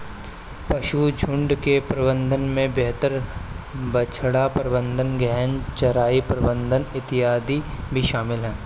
पशुझुण्ड के प्रबंधन में बेहतर बछड़ा प्रबंधन, गहन चराई प्रबंधन इत्यादि भी शामिल है